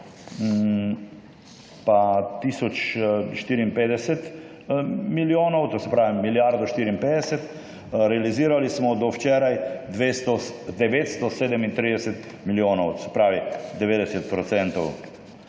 54 milijonov, to se pravi milijardo 54, realizirali smo do včeraj 937 milijonov. Se pravi 90